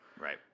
Right